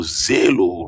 zelo